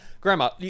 Grandma